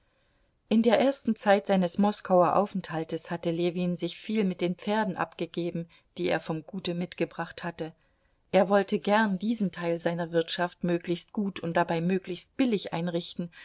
in der ersten zeit seines moskauer aufenthaltes hatte ljewin sich viel mit den pferden abgegeben die er vom gute mitgebracht hatte er wollte gern diesen teil seiner wirtschaft möglichst gut und dabei möglichst billig einrichten